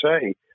say